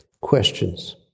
questions